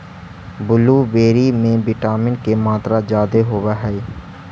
blueberry में vitamin के मात्रा जादे होब हई